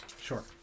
Sure